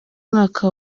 mwaka